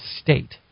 state